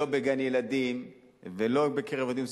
לא בגן-ילדים ולא בקרב עובדים סוציאליים,